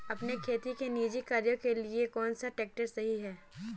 अपने खेती के निजी कार्यों के लिए कौन सा ट्रैक्टर सही है?